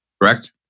correct